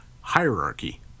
hierarchy